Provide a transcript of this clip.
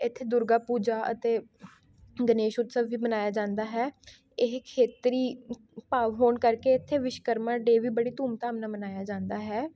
ਇੱਥੇ ਦੁਰਗਾ ਪੂਜਾ ਅਤੇ ਗਣੇਸ਼ ਉਤਸਵ ਵੀ ਮਨਾਇਆ ਜਾਂਦਾ ਹੈ ਇਹ ਖੇਤਰੀ ਭਾਵ ਹੋਣ ਕਰਕੇ ਇੱਥੇ ਵਿਸ਼ਕਰਮਾ ਡੇ ਵੀ ਬੜੀ ਧੂਮਧਾਮ ਨਾਲ਼ ਮਨਾਇਆ ਜਾਂਦਾ ਹੈ